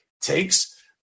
takes